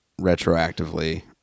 retroactively